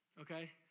okay